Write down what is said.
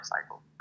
cycle